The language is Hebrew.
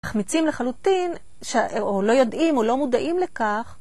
חמיצים לחלוטין, או לא יודעים, או לא מודעים לכך